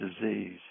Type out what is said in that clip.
disease